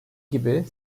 gibi